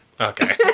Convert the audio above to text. okay